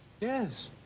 Yes